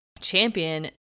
champion